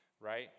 right